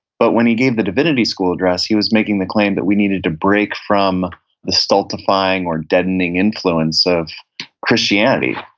but when he gave the divinity school address, he was making the claim that we needed to break from the stultifying or deadening influence of christianity,